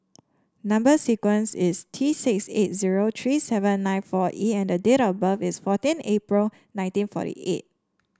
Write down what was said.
number sequence is T six eight zero three seven nine four E and the date of birth is fourteen April nineteen forty eight